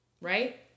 Right